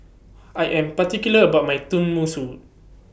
I Am particular about My Tenmusu